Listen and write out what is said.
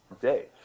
day